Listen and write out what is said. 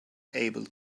able